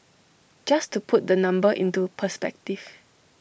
just to put the number into perspective